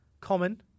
Common